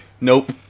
nope